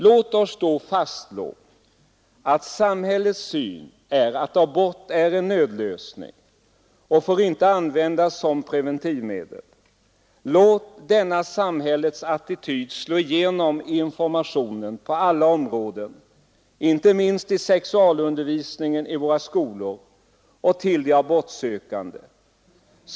Låt oss då fastslå att samhällets syn är att abort är en nödlösning och inte får användas som preventivmedel! Låt denna samhällets attityd slå igenom i informationen på alla områden, inte minst i sexualundervisningen i våra skolor och informationen till de abortsökande!